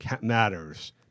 matters